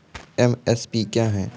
MSP क्या है?